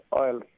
oil